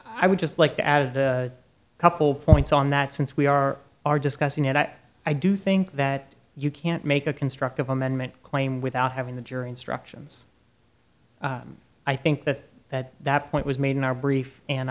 i would just like to add a couple points on that since we are are discussing and i do think that you can't make a constructive amendment claim without having the jury instructions i think that that that point was made in our brief and